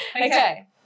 Okay